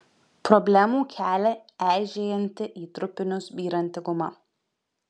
problemų kelia eižėjanti į trupinius byranti guma